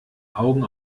augen